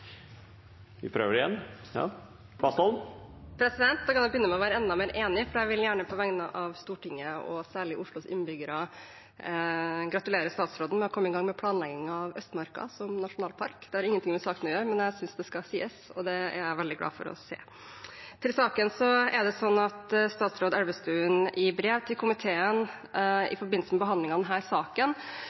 jeg begynne med å være enda mer enig, for jeg vil gjerne på vegne av Stortinget og særlig Oslos innbyggere gratulere statsråden med å komme i gang med planleggingen av Østmarka som nasjonalpark – det har ingenting med saken å gjøre, men jeg synes det skal sies, og det er jeg veldig glad for å si. Til saken: Statsråd Elvestuen lovet i brev til komiteen i forbindelse med behandlingen av denne saken